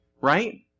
Right